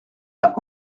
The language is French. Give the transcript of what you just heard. l’a